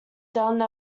done